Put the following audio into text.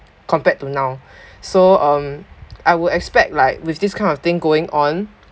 compared to now so um I would expect like with this kind of thing going on